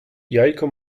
jajko